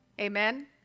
Amen